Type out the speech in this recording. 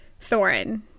Thorin